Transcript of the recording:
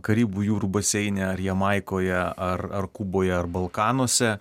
karibų jūrų baseine ar jamaikoje ar ar kuboje ar balkanuose